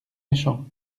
méchants